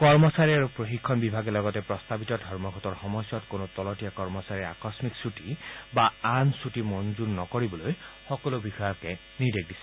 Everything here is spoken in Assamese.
কৰ্মচাৰী আৰু প্ৰশিক্ষণ বিভাগে লগতে প্ৰস্তাৱিত ধৰ্মঘটৰ সময়ছোৱাত কোনো তলতীয়া কৰ্মচাৰীৰ আকস্মিক ছুটী বা আন ছুটী মঞ্জুৰ নকৰিবলৈ সকলো বিষয়াক নিৰ্দেশ দিছে